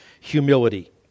humility